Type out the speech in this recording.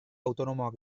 autonomoak